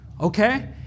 Okay